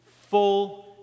full